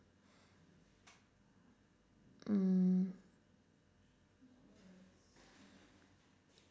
mm